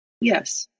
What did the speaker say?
Yes